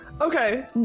Okay